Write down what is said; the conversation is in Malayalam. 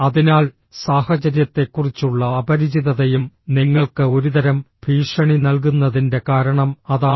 അതിനാൽ സാഹചര്യത്തെക്കുറിച്ചുള്ള അപരിചിതതയും നിങ്ങൾക്ക് ഒരുതരം ഭീഷണി നൽകുന്നതിന്റെ കാരണം അതാണ്